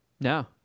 No